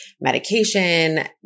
medication